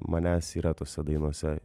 manęs yra tose dainose